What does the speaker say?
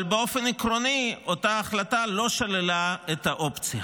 אבל באופן עקרוני אותה החלטה לא שללה את האופציה.